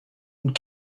und